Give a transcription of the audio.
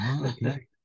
Okay